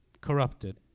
corrupted